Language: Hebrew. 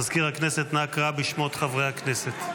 מזכיר הכנסת, אנא קרא בשמות חברי הכנסת.